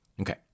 Okay